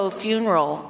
funeral